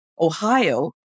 Ohio